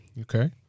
Okay